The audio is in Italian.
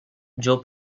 joe